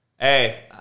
Hey